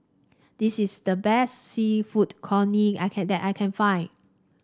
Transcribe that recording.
this is the best seafood congee I can that I can find